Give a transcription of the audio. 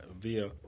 via